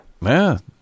Man